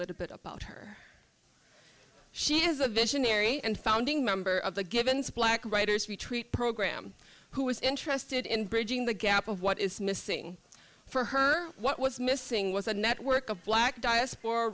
little bit about her she is a visionary and founding member of the givens plaque writer's retreat program who is interested in bridging the gap of what is missing for her what was missing was a network of black di